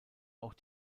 auch